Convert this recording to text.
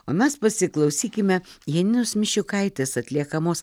o mes pasiklausykime janinos miščiukaitės atliekamos